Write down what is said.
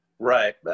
Right